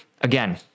Again—